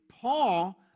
Paul